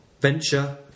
venture